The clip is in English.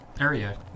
area